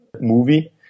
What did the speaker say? movie